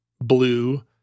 blue